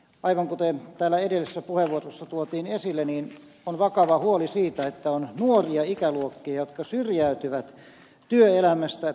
aivan kuten täällä edellisessä puheenvuorossa tuotiin esille on vakava huoli siitä että on nuoria ikäluokkia jotka syrjäytyvät työelämästä